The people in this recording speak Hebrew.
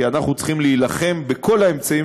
כי אנחנו צריכים להילחם בכל האמצעים